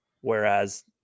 Whereas